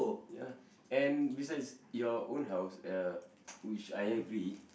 ya lah and besides your own house uh which I agree